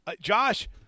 Josh